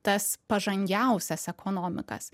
tas pažangiausias ekonomikas